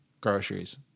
groceries